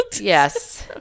Yes